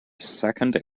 second